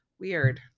weird